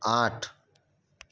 આઠ